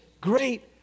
great